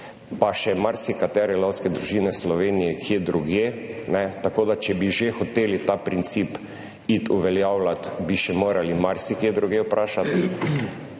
pa še marsikatere lovske družine v Sloveniji kje drugje, tako da, če bi že hoteli ta princip iti uveljavljati, bi še morali marsikje drugje vprašati.